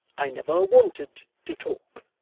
i never wanted to talk.